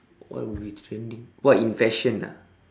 what will be trending what in fashion ah